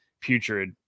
putrid